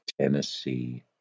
Tennessee